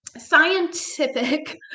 scientific